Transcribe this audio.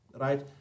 Right